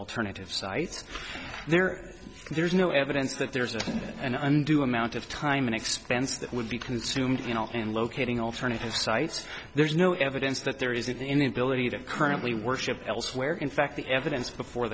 alternative sites there there's no evidence that there's an undue amount of time and expense that would be consumed in locating alternative sites there's no evidence that there is even the ability to currently worship elsewhere in fact the evidence before